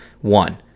one